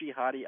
jihadi